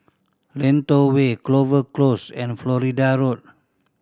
Lentor Way Clover Close and Florida Road